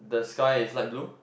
the sky is light blue